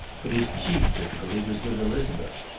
but his chief difficulty was with elizabeth.